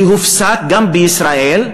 שהופסק גם בישראל,